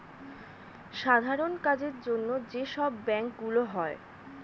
সাধারণ কাজের জন্য যে সব ব্যাংক গুলো হয়